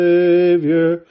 Savior